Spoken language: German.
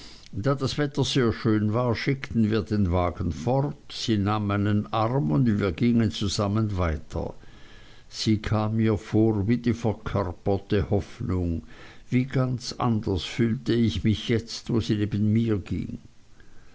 das wetter sehr schön war schickten wir den wagen fort sie nahm meinen arm und wir gingen zusammen weiter sie kam mir vor wie die verkörperte hoffnung wie ganz anders fühlte ich mich jetzt wo sie neben mir